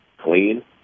clean